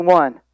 one